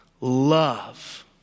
love